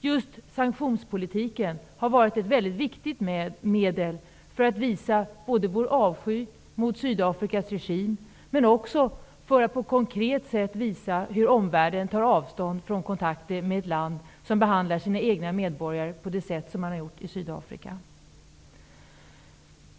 Just sanktionspolitiken har varit ett mycket viktigt medel både för att visa vår avsky för Sydafrikas regim och för att konkret visa hur omvärlden tar avstånd från kontakter med ett land som behandlar sina egna medborgare på det sätt som man har gjort i Sydafrika.